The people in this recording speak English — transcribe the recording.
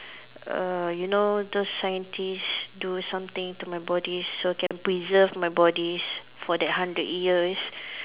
err you know those scientist do something to my body so can preserve my body for that hundred years